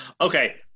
Okay